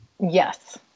yes